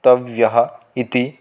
तव्यम् इति